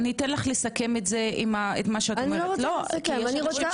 אני רוצה